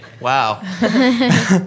Wow